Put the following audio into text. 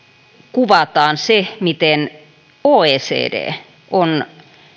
kuvataan se miten oecd on